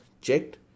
checked